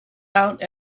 out